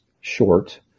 short